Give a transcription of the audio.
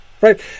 right